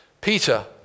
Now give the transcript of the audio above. Peter